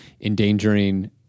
endangering